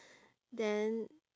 then